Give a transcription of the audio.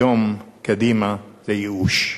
היום קדימה זה ייאוש.